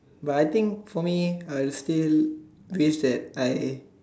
but I think for me I still wish that I